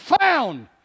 found